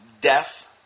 Death